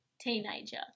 teenager